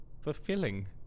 fulfilling